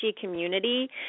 community